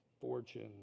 fortune